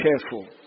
careful